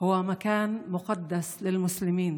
הוא מקום קדוש למוסלמים,